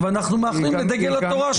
ואנחנו מאחלים לדגל התורה,